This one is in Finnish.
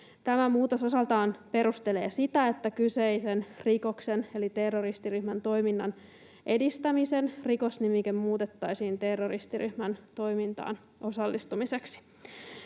Tämä muutos osaltaan perustelee sitä, että kyseisen rikoksen eli terroristiryhmän toiminnan edistämisen rikosnimike muutettaisiin terroristiryhmän toimintaan osallistumiseksi.